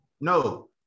no